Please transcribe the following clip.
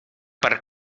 per